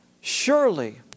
Surely